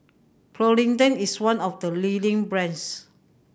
Polident is one of the leading brands